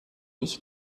ich